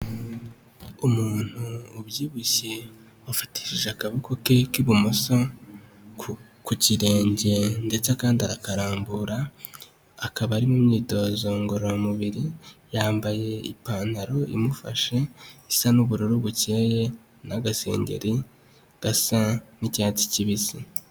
Umuntu ubyibushye wafatishije akaboko ke k'ibumoso ku kirenge ndetse kandi arakarambura, akaba ari mu myitozo ngororamubiri. Yambaye ipantaro imufashe isa n'ubururu bukeye n'agasengeri gasa n'icyatsi kibisi.